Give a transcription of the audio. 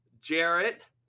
Jarrett